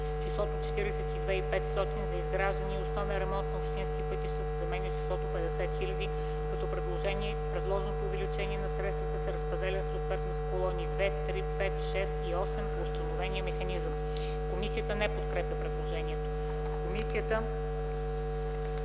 числото „42 500,0” за изграждане и основен ремонт на общински пътища се заменя с числото „50 000,0”, като предложеното увеличение на средствата се разпределя съответно в колони 2, 3, 5, 6 и 8 по установения механизъм.” Комисията не подкрепя предложението. Комисията